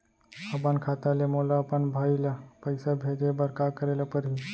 अपन खाता ले मोला अपन भाई ल पइसा भेजे बर का करे ल परही?